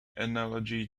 analogy